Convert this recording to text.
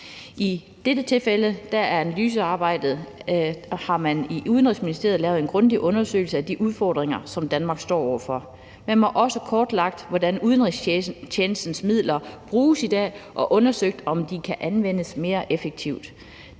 I dette tilfælde har man i Udenrigsministeriet lavet en grundig undersøgelse af de udfordringer, som Danmark står over for. Man har også kortlagt, hvordan udenrigstjenestens midler bruges i dag, og undersøgt, om de kan anvendes mere effektivt.